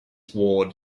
ward